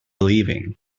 believing